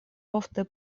ofte